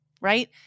right